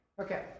Okay